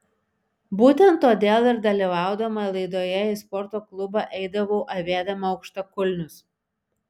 būtent todėl ir dalyvaudama laidoje į sporto klubą eidavau avėdama aukštakulnius